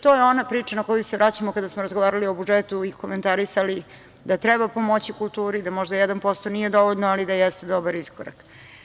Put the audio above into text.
To je ona priča na koju se vraćamo kada smo razgovarali o budžetu i komentarisali da treba pomoći kulturi, da možda 1% nije dovoljno, ali da jeste dobar iskorak.